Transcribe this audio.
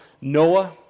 Noah